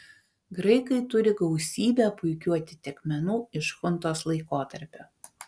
graikai turi gausybę puikių atitikmenų iš chuntos laikotarpio